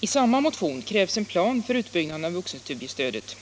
I samma motion krävs en plan för utbyggnaden av vuxenstudiestödet.